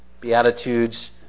Beatitudes